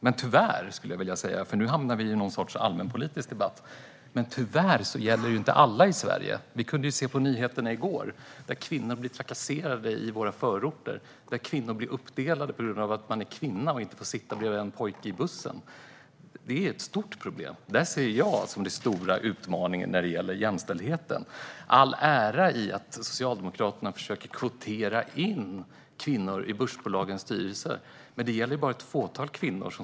Men tyvärr - och nu hamnar vi i någon sorts allmänpolitisk debatt - gäller det inte alla i Sverige. Vi kunde se på nyheterna i går att kvinnor blir trakasserade i våra förorter och att det sker en uppdelning så att de inte får sitta bredvid pojkar i bussen. Det är ett stort problem, och det ser jag som den stora utmaningen när det gäller jämställdheten. Socialdemokraterna ska ha all ära för att de försöker kvotera in kvinnor i börsbolagens styrelser, men det gäller bara ett fåtal kvinnor.